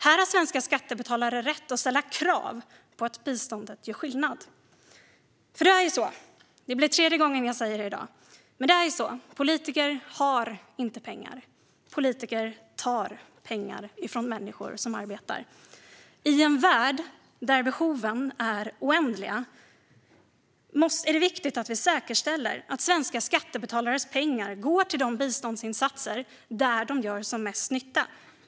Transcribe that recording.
Här har svenska skattebetalare rätt att ställa krav på att biståndet gör skillnad. Det är ju så - det blir tredje gången jag säger det här i dag - att politiker inte har pengar, utan politiker tar pengar ifrån människor som arbetar. I en värld där behoven är oändliga är det viktigt att vi säkerställer att svenska skattebetalares pengar går till de biståndsinsatser där de gör som mest nytta.